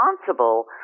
responsible